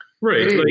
Right